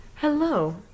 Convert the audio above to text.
hello